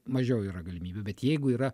mažiau yra galimybių bet jeigu yra